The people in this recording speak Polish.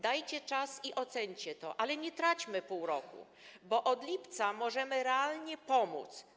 Dajcie czas i oceńcie to, ale nie traćmy połowy roku, bo od lipca możemy realnie pomóc.